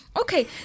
Okay